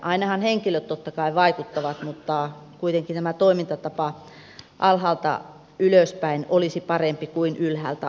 ainahan henkilöt totta kai vaikuttavat mutta kuitenkin toimintatapa alhaalta ylöspäin olisi parempi kuin ylhäältä alaspäin